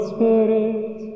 Spirit